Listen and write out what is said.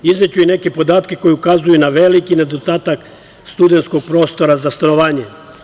Izneću i neke podatke koji ukazuju na veliki nedostatak studenskog prostora za stanovanje.